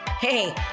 Hey